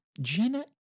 jenna